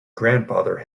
grandfather